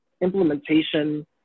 implementation